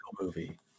movie